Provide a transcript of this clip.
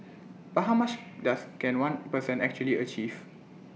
but how much does can one person actually achieve